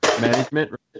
management